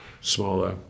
smaller